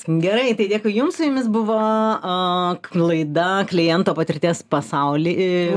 gerai tai dėkui jums su jumis buvo laida kliento patirties pasaulį